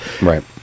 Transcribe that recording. Right